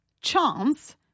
chance